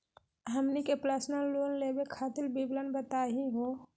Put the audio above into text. हमनी के personal loan लेवे खातीर विवरण बताही हो?